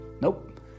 Nope